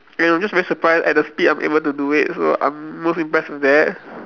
and I'm just very surprised at the speed I'm able to do it so I'm most impressed with that